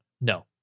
No